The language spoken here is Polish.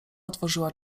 otworzyła